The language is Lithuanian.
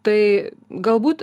tai galbūt